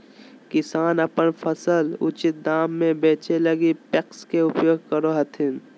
किसान अपन फसल उचित दाम में बेचै लगी पेक्स के उपयोग करो हथिन